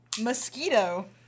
Mosquito